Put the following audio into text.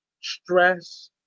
stress